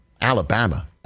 Alabama